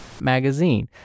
magazine